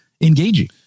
engaging